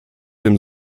dem